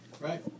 right